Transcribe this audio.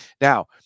now